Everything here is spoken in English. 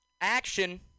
action